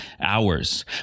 hours